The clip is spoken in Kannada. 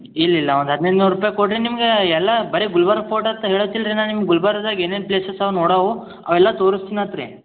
ಇಲ್ಲ ಇಲ್ಲ ಒಂದು ಹದಿನೈದು ನೂರು ರೂಪಾಯಿ ಕೊಡ್ರಿ ನಿಮ್ಗ ಎಲ್ಲ ಬರೀ ಗುಲ್ಬರ್ಗ ಪೋಟಾ ಅಂತ ಹೇಳಾತಿಲ್ಲ ರೀ ನಾ ನಿಮ್ಗ ಗುಲ್ಬರ್ಗದಾಗ ಏನೇನು ಪ್ಲೇಸಸ್ ನೋಡಾವು ಅವೆಲ್ಲ ತೋರಿಸ್ತೀನಿ ಅಂತ ರೀ